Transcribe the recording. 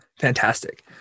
Fantastic